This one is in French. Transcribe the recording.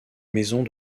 maisons